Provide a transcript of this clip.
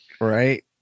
Right